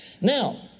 Now